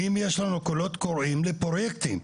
אם יש לנו קולות קוראים לפרוייקטים,